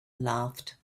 laughed